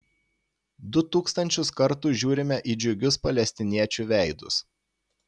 du tūkstančius kartų žiūrime į džiugius palestiniečių veidus